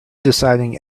deciding